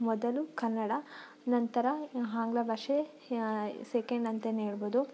ಮೊದಲು ಕನ್ನಡ ನಂತರ ಆಂಗ್ಲ ಭಾಷೆ ಸೆಕೆಂಡ್ ಅಂತಲೇ ಹೇಳ್ಬೋದು